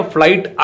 Flight